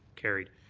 carried.